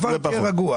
כבר תהיה רגוע.